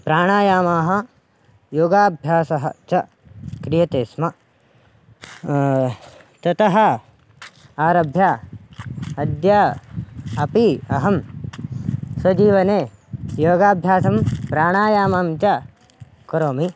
प्राणायामाः योगाभ्यासः च क्रियते स्म ततः आरभ्य अद्य अपि अहं स्वजीवने योगाभ्यासं प्राणायामं च करोमि